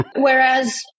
Whereas